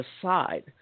aside